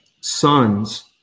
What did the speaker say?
sons